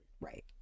Right